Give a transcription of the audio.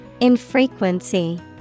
Infrequency